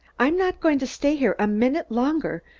i'm not going to stay here a minute longer.